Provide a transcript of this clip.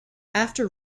after